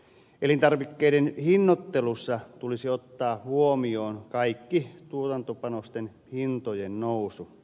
elintarvikkeiden hinnoittelussa tulisi ottaa huomioon kaikkien tuotantopanosten hintojen nousu